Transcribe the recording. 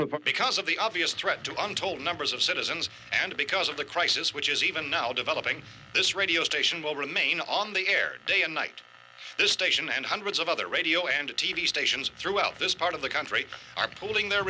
oh because of the obvious threat to untold numbers of citizens and because of the crisis which is even now developing this radio station will remain on the air day and night the station and hundreds of other radio and t v stations throughout this part of the country are pooling their